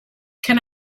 can